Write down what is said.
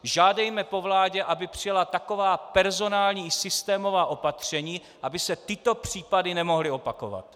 Žádejme po vládě, aby přijala taková personální i systémová opatření, aby se tyto případy nemohly opakovat!